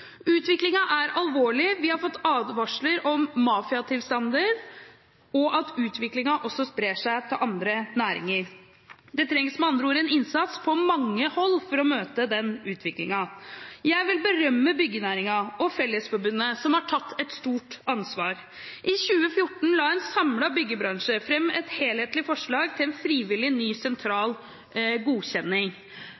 er alvorlig. Vi har fått advarsler om mafiatilstander, og at det også sprer seg til andre næringer. Det trengs med andre ord en innsats på mange hold for å møte denne utviklingen. Jeg vil berømme byggenæringen og Fellesforbundet som har tatt et stort ansvar. I 2014 la en samlet byggebransje fram et helhetlig forslag til en frivillig, ny